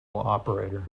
operator